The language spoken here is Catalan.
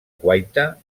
guaita